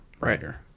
writer